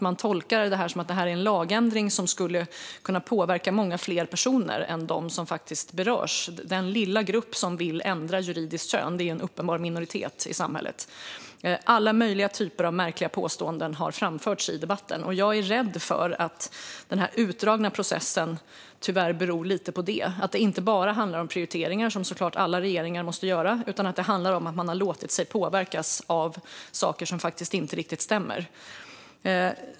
Man tolkar det som att detta är en lagändring som skulle kunna påverka många fler personer än dem som faktiskt berörs, det vill säga den lilla grupp som vill ändra juridiskt kön. Det är en uppenbar minoritet i samhället. Alla möjliga märkliga påståenden har framförts i debatten, och jag är rädd att denna utdragna process tyvärr beror lite på det - att det inte bara handlar om de prioriteringar som alla regeringar självklart måste göra utan även om att man har låtit sig påverkas av saker som faktiskt inte riktigt stämmer.